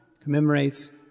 commemorates